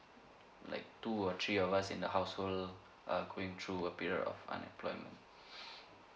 like two or three of us in the household uh going through a period of unemployment